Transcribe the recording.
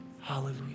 Hallelujah